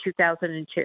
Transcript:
2002